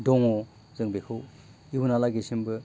दङ जों बेखौ इयुनहालागैसिमबो